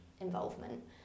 involvement